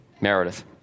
Meredith